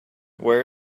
where